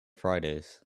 fridays